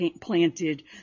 planted